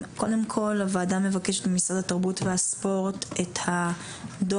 קודם כל הוועדה מבקשת ממשרד התרבות והספורט את הדו"ח